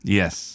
yes